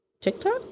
TikTok